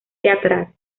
teatral